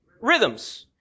Rhythms